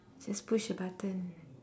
just push a button